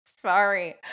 sorry